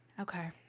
Okay